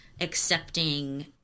accepting